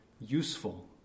useful